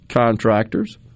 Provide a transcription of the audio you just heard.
contractors